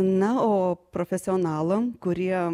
na o profesionalam kuriem